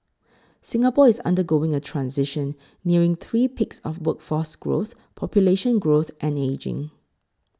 Singapore is undergoing a transition nearing three peaks of workforce growth population growth and ageing